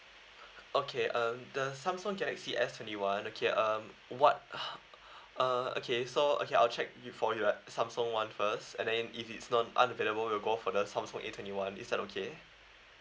okay um the Samsung galaxy S twenty one okay um what uh okay so uh okay I'll check for you uh Samsung one first and then if it's not unavailable we'll go for the Samsung A twenty one is that okay